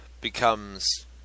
becomes